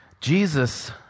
Jesus